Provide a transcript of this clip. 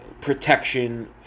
protection